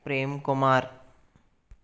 Prem Kumar